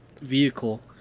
vehicle